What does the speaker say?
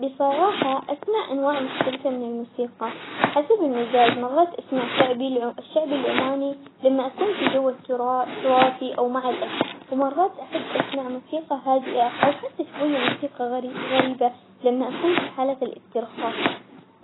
بصراحة أسمع أنواع مختلفة من الموسيقى حسب المزاج مرات أسمع شعبي العم- الشعبي العماني لما أكون في جو الترا- تراثي أو مع الأهل، ومرات أحب اسمع موسيقى هادئة أو حتى شوية موسيقى غريبة لما أكون في حالة الاسترخاء،